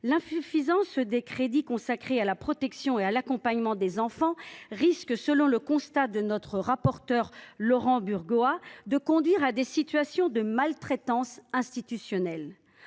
l’insuffisance des crédits consacrés à la protection et à l’accompagnement des enfants risque, selon le constat de notre rapporteur pour avis Laurent Burgoa, de conduire à des situations de maltraitance institutionnelle.